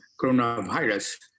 coronavirus